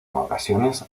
ocasiones